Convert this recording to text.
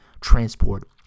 transport